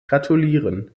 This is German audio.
gratulieren